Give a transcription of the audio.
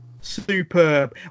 superb